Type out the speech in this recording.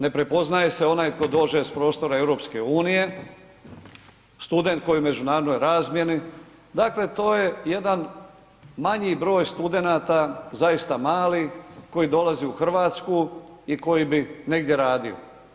Ne prepoznaje se onaj tko dođe s prostora EU, student koji je u međunarodnoj razmjeni dakle to je jedan manji broj studenta, zaista mali koji dolazi u Hrvatsku i koji bi negdje radio.